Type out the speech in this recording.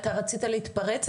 אתה רצית להתפרץ,